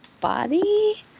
body